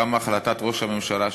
גם החלטת ראש הממשלה,